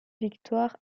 victoire